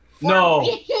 No